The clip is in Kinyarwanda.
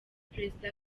perezida